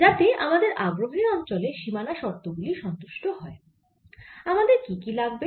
যাতে আমাদের আগ্রহের অঞ্চলে সীমানা শর্ত গুলি সন্তুষ্ট হয় আমাদের কি লাগবে